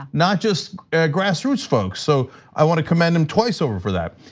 not just grassroots folks. so i wanna commend him twice over for that.